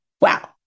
Wow